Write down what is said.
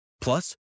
Plus